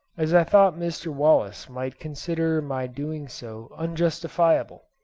as i thought mr. wallace might consider my doing so unjustifiable,